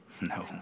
No